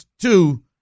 two